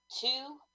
two